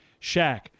Shaq